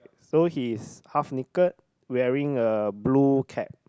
so he's half naked wearing a blue cap